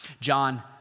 John